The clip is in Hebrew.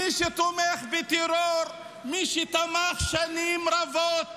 ומי שתומך בטרור, מי שתמך שנים רבות בכהנא,